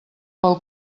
pel